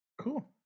Cool